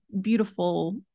beautiful